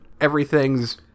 everything's